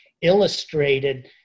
illustrated